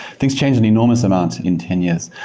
things change an enormous amount in ten years.